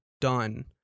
done